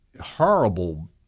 horrible